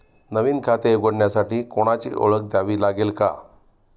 नवीन खाते उघडण्यासाठी कोणाची ओळख द्यावी लागेल का?